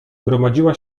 gromadziła